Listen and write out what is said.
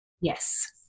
Yes